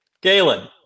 Galen